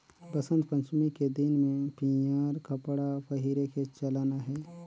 बसंत पंचमी के दिन में पीयंर कपड़ा पहिरे के चलन अहे